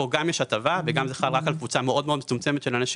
כאן יש גם הטבה וגם זה חל רק על קבוצה מאוד מאוד מצומצמת של אנשים.